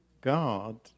God